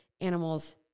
animals